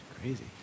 crazy